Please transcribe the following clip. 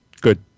Good